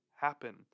happen